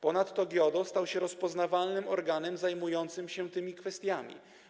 Ponadto GIODO stał się rozpoznawalnym organem zajmującym się tymi kwestiami.